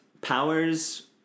powers